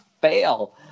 fail